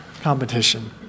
competition